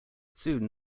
soon